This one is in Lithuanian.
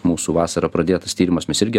mūsų vasarą pradėtas tyrimas mes irgi